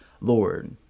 Lord